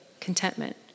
contentment